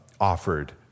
offered